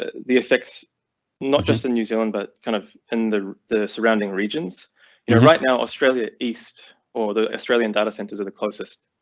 the effects not just in new zealand but kind of in the the surrounding regions you know right now. australia east or the australian data centers of the closest.